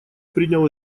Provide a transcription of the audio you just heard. принял